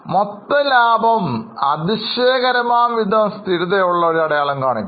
മൊത്തലാഭം അതിശയകരമാംവിധം സ്ഥിരതയുള്ള ഒരു അടയാളം കാണിക്കുന്നു